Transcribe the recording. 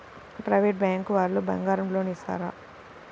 Private bank వాళ్ళు బంగారం loan ఇస్తారా?